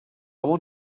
want